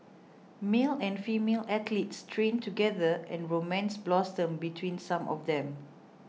male and female athletes trained together and romance blossomed between some of them